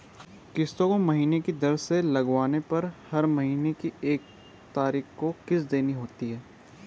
किस्तों को महीने की दर से लगवाने पर हर महीने की एक तारीख को किस्त देनी होती है